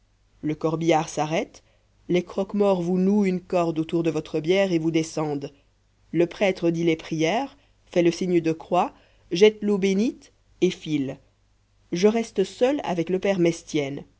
le corbillard s'arrête les croque-morts vous nouent une corde autour de votre bière et vous descendent le prêtre dit les prières fait le signe de croix jette l'eau bénite et file je reste seul avec le père mestienne